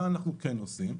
מה אנחנו כן עושים?